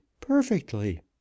perfectly